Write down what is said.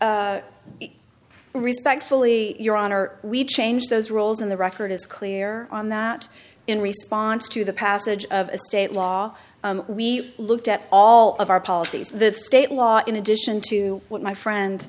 respectfully your honor we change those roles in the record is clear on that in response to the passage of a state law we looked at all of our policies the state law in addition to what my friend